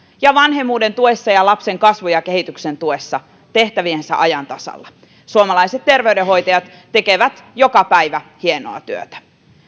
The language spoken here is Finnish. ja vanhemmuuden tuessa ja lapsen kasvun ja kehityksen tuessa tehtäviensä ja ajan tasalla suomalaiset terveydenhoitajat tekevät joka päivä hienoa työtä